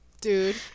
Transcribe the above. Dude